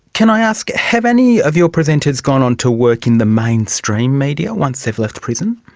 can i ask, have any of your presenters gone on to work in the mainstream media once they've left prison?